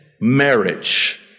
marriage